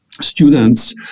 students